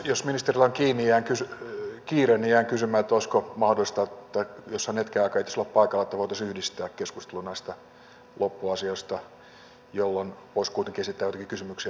jos ministerillä on kiire niin jään kysymään että olisiko mahdollista että jos hän hetken aikaa ehtisi olla paikalla että voitaisiin yhdistää keskustelu näistä loppuasioista jolloin voisi kuitenkin esittää joitakin kysymyksiä ministerille vielä